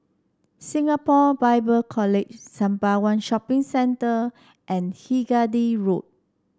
Singapore Bible College Sembawang Shopping Centre and Hindhede Road